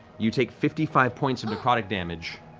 you take fifty five points of necrotic damage.